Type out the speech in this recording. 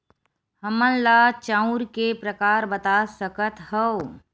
हमन ला चांउर के प्रकार बता सकत हव?